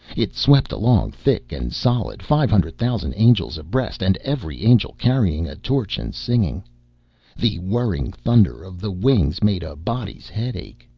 it swept along, thick and solid, five hundred thousand angels abreast, and every angel carrying a torch and singing the whirring thunder of the wings made a body's head ache.